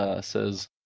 says